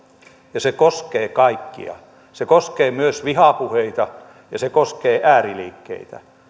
ja se koskee kaikkia se koskee myös vihapuheita ja se koskee ääriliikkeitä